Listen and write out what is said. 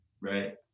right